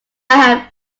have